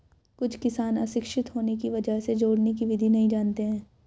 कुछ किसान अशिक्षित होने की वजह से जोड़ने की विधि नहीं जानते हैं